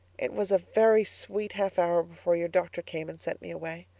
it was a very sweet half hour before your doctor came and sent me away.